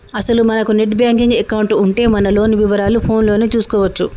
అసలు మనకు net banking account ఉంటే మన లోన్ వివరాలు ఫోన్ లోనే చూసుకోవచ్చు